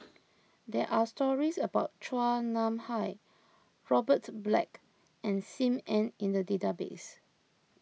there are stories about Chua Nam Hai Robert Black and Sim Ann in the database